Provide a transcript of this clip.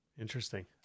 Interesting